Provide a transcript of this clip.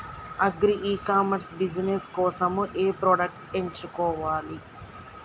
Agri e commerce business కోసము ఏ products ఎంచుకోవాలి?